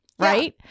Right